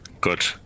good